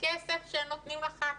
כסף שנותנים לח"כים.